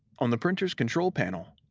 on the printer's control panel,